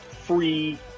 free